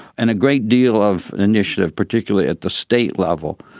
and a great deal of initiative, particularly at the state level,